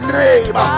name